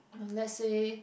let's say